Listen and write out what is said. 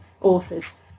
authors